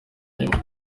nyuma